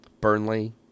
Burnley